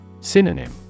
Synonym